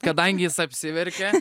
kadangi jis apsiverkė